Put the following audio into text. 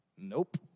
Nope